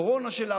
הקורונה שלה,